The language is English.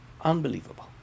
unbelievable